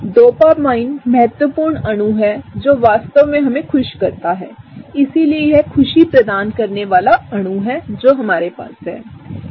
dopamine महत्वपूर्ण अणु है जो वास्तव में हमें खुश करता है इसलिए यह खुशी प्रदान करने वाला अणु है जो हमारेपासहै